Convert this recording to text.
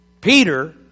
Peter